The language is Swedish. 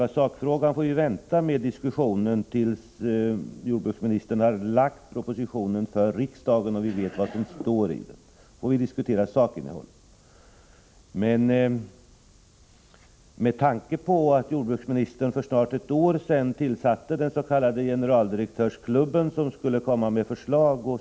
I sakfrågan får vi vänta med diskussionen tills jordbruksministern har lagt fram propositionen för riksdagen och vi vet vad som står i den. Då får vi som sagt diskutera sakinnehållet. För snart ett år sedan tillsatte jordbruksministern den s.k. generaldirektörsklubben, som skulle komma med förslag.